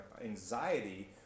anxiety